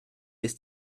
ist